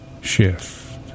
Shift